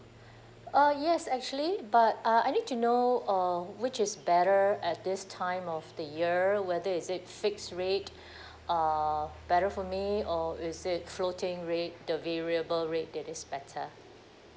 uh yes actually but uh I need to know uh which is better at this time of the year whether is it fixed rate uh better for me or is it floating rate the variable rate that is better